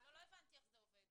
לא הבנתי איך זה עובד.